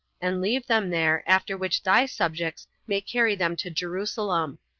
and leave them there, after which thy subjects may carry them to jerusalem.